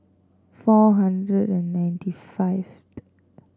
four hundred and ninety five